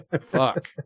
Fuck